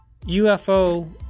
UFO